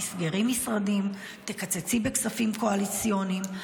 סגרי משרדים, קצצי בכספים קואליציוניים.